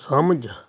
ਸਮਝ